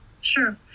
Sure